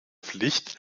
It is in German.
pflicht